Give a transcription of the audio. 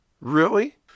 Really